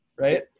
right